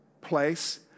place